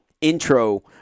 intro